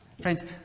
Friends